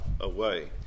away